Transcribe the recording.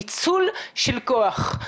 ניצול של כוח,